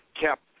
kept